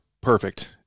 perfect